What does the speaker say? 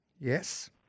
Yes